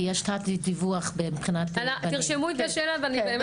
כי יש תת-דיווח מבחינת- תרשמו את השאלה ואני באמת,